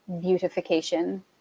beautification